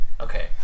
Okay